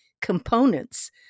components